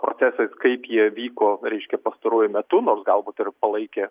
procesais kaip jie vyko reiškia pastaruoju metu nors galbūt ir palaikė